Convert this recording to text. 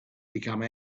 become